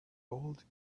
old